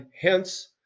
hence